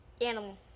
animal